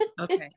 Okay